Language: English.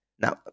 Now